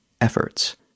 efforts